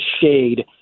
shade